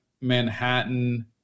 Manhattan